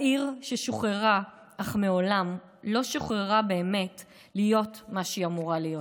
העיר ששוחררה אך מעולם לא שוחררה באמת להיות מה שהיא אמורה להיות,